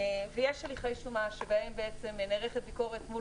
ויש הליכי שומה שבהם בעצם מנוהלת הביקורת מול